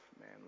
man